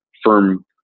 firm